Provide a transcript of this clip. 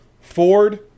Ford